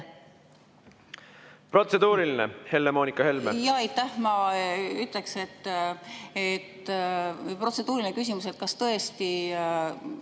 Protseduuriline, Helle‑Moonika Helme.